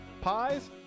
pies